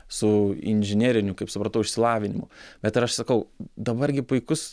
su inžineriniu kaip supratau išsilavinimu bet ir aš sakau dabar gi puikus